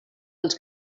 els